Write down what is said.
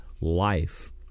life